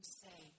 say